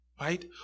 right